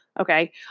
Okay